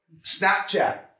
Snapchat